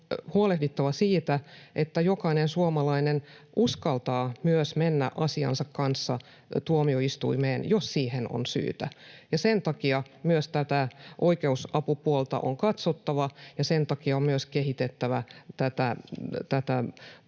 huolehdittava siitä, että jokainen suomalainen uskaltaa myös mennä asiansa kanssa tuomioistuimeen, jos siihen on syytä. Sen takia myös tätä oikeusapupuolta on katsottava, ja sen takia on myös kehitettävä tätä